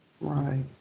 Right